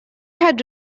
had